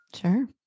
Sure